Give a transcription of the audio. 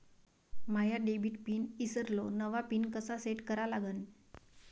माया debit pin ईसरलो, नवा pin कसा सेट करा लागन?